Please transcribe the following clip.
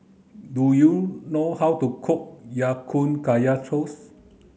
do you know how to cook Ya Kun Kaya Toast